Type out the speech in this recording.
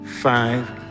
five